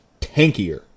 tankier